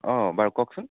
অ বাৰু কওকচোন